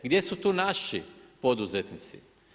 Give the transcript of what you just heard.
Gdje su tu naši poduzetnici?